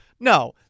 No